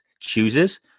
chooses